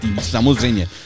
samozřejmě